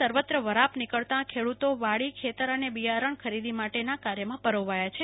સર્વત્ર વરાપ નીકળતા ખેડૂતો વાડી ખેતર અને બિયારણ માટે વાવણી કાર્યમાં પરોવાયા છે